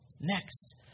next